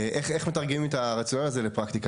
איך מתרגמים את הרציונל הזה לפרקטיקה.